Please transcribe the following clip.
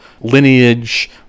lineage